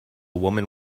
woman